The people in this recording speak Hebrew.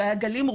שהיו גלים,